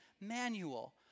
manual